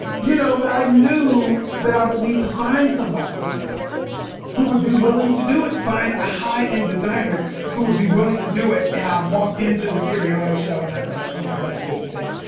you know, but i knew that i would need to find somebody who would be willing to do it. find a high end designer who would be willing to do it. and i walked into the siriano show and i thought, oh, my god. this is it.